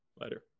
Later